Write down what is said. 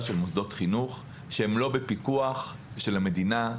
של מוסדות חינוך שאינם בפיקוח של המדינה,